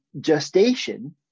gestation